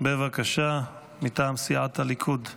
מטעם סיעת הליכוד,